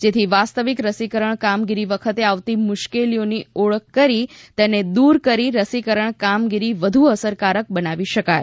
જેથી વાસ્તવિક રસીકરણ કામગીરી વખતે આવતી મુશ્કેલીઓની ઓળખ કરી તેને દૂર કરી રસીકરણ કામગીરી વધુ અસરકારક બનાવી શકાય